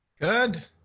Good